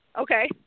Okay